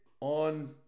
on